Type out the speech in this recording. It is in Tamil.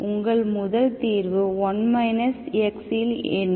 உங்கள் முதல் தீர்வு 1 xஇல் என்ன